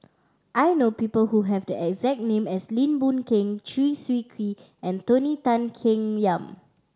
I know people who have the exact name as Lim Boon Keng Chew Swee Kee and Tony Tan Keng Yam